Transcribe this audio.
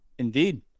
Indeed